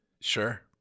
Sure